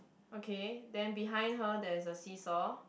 okay then behind her there is a seesaw